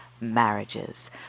marriages